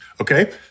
Okay